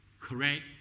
Correct